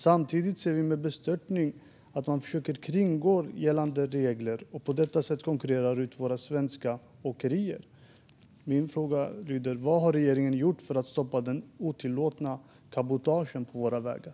Samtidigt ser vi med bestörtning att man försöker kringgå gällande regler och på detta sätt konkurrerar ut våra svenska åkerier. Min fråga lyder: Vad har regeringen gjort för att stoppa det otillåtna cabotaget på våra vägar?